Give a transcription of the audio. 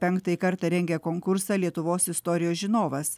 penktąjį kartą rengia konkursą lietuvos istorijos žinovas